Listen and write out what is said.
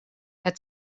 het